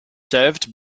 served